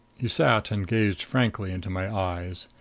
he sat and gazed frankly into my eyes.